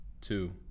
two